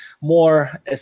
more